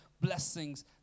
blessings